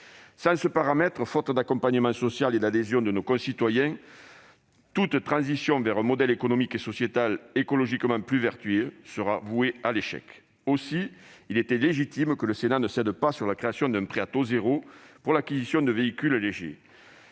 Sans ce paramètre, faute d'accompagnement social et d'adhésion de nos concitoyens, toute transition vers un modèle économique et sociétal écologiquement plus vertueux sera vouée à l'échec. Aussi, il était légitime que le Sénat ne cède pas sur la création d'un prêt à taux zéro pour l'acquisition de véhicules légers.